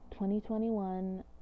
2021